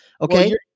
Okay